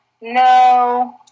No